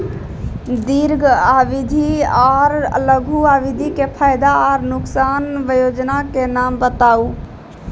दीर्घ अवधि आर लघु अवधि के फायदा आर नुकसान? वयोजना के नाम बताऊ?